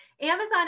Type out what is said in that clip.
Amazon